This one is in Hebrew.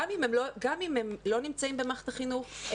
גם אם הם לא נמצאים במערכת החינוך,